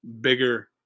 bigger